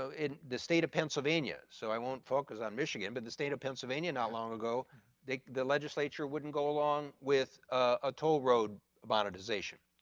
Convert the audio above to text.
so in the state of pennsylvania, so i won't focus on michigan but the state of pennsylvania not long ago the the legislature wouldn't go along with a toll road modernization.